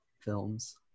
films